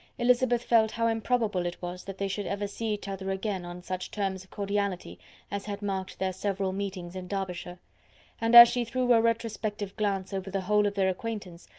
elizabeth felt how improbable it was that they should ever see each other again on such terms of cordiality as had marked their several meetings in derbyshire and as she threw a retrospective glance over the whole of their acquaintance,